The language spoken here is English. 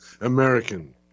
American